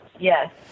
Yes